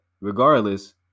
regardless